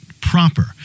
proper